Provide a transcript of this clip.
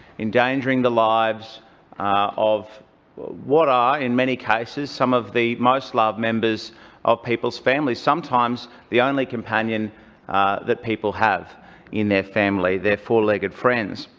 endangering the lives of what are, in many cases, some of the most loved members of people's families. sometimes the only companion that people have in their family their four-legged friends.